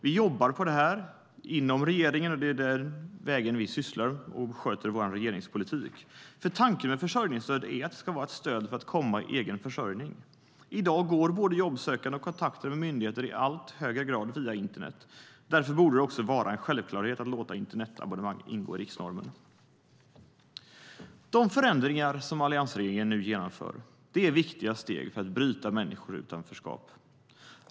Vi jobbar på det inom regeringen. Det är den vägen vi sköter vår regeringspolitik. Tanken med försörjningsstöd är att det ska vara ett stöd för att komma i egen försörjning. I dag går både jobbsökande och kontakter med myndigheter i allt högre grad via internet. Därför borde det vara en självklarhet att låta internetabonnemang ingå i riksnormen. De förändringar som alliansregeringen nu genomför är viktiga steg för att bryta människors utanförskap.